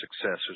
success